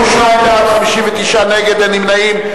32 בעד, 59 נגד, אין נמנעים.